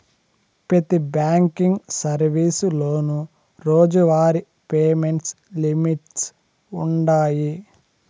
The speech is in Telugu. పెతి బ్యాంకింగ్ సర్వీసులోనూ రోజువారీ పేమెంట్ లిమిట్స్ వుండాయి